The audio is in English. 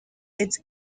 its